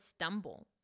stumble